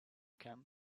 camp